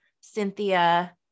Cynthia